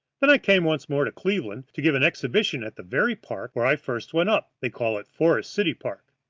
then i came once more to cleveland to give an exhibition at the very park where i first went up they call it forest city park.